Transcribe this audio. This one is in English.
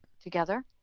together